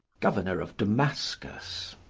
governor of damascus.